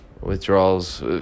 withdrawals